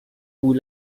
cui